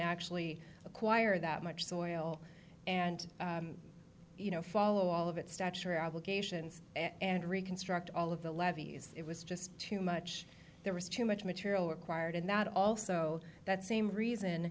actually acquire that much soil and you know follow all of its stature obligations and reconstruct all of the levees it was just too much there was too much material required and that also that same reason